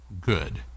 good